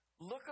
look